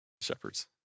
Shepherds